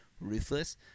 ruthless